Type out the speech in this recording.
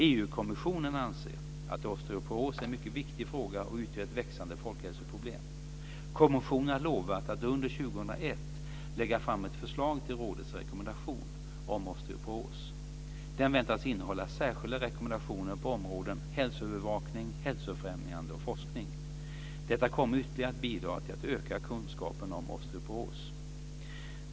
EU-kommissionen anser att osteoporos är en mycket viktig fråga och utgör ett växande folkhälsoproblem. Kommissionen har lovat att under år 2001 lägga fram ett förslag till rådets rekommendation om osteoporos. Den väntas innehålla särskilda rekommendationer på områdena hälsoövervakning, hälsofrämjande och forskning. Detta kommer ytterligare att bidra till att öka kunskapen om osteoporos.